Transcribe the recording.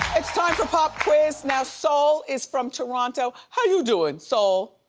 it's time for pop quiz. now saul is from toronto. how you doing, so